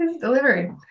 delivery